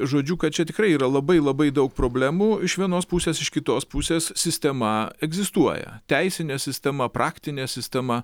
žodžiu kad čia tikrai yra labai labai daug problemų iš vienos pusės iš kitos pusės sistema egzistuoja teisinė sistema praktinė sistema